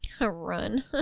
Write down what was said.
run